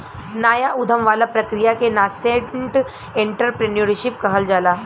नाया उधम वाला प्रक्रिया के नासेंट एंटरप्रेन्योरशिप कहल जाला